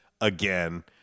again